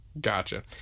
Gotcha